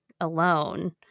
alone